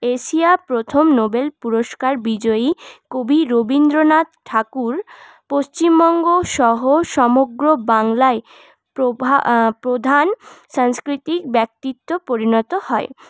Asia প্রথম Nobel পুরুস্কার বিজয়ী কবি রবীন্দ্রনাথ ঠাকুর পশ্চিমবঙ্গসহ সমগ্র বাংলায় প্রধান সংস্কৃতি ব্যক্তিত্ব পরিণত হয়